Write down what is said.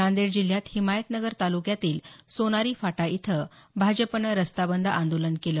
नांदेड जिल्ह्यात हिमायतनगर तालुक्यातील सोनारी फाटा इथं भाजपनं रस्ता बंद आंदोलन केलं